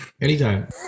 Anytime